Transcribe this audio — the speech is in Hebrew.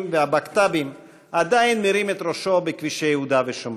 והבקט"בים עדיין מרים את ראשו בכבישי יהודה ושומרון.